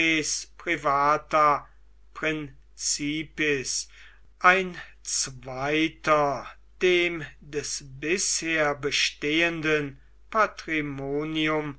ein zweiter dem des bisher bestehenden